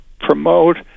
promote